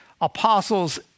apostles